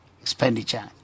expenditure